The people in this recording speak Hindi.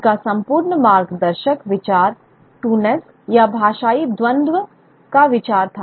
उनका संपूर्ण मार्गदर्शक विचार टू नेस या भाषाई द्वंद्व का विचार था